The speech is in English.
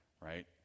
right